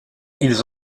ils